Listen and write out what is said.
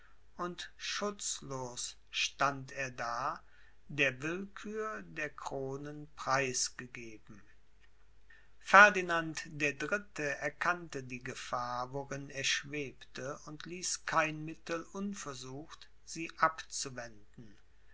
und schutzlos stand er da der willkür der kronen preisgegeben ferdinand der dritte erkannte die gefahr worin er schwebte und ließ kein mittel unversucht sie abzuwenden